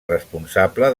responsable